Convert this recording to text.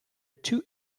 two